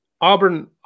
Auburn